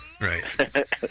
right